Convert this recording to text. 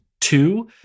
two